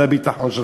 זה הביטחון שלך.